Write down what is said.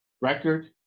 record